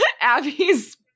abby's